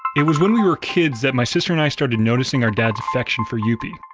it was when we were kids that my sister and i started noticing our dad's affection for youppi.